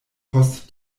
post